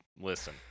listen